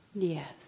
Yes